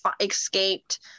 escaped